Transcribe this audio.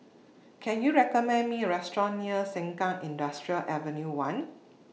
Can YOU recommend Me A Restaurant near Sengkang Industrial Avenue one